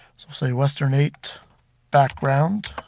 so say, western eight background.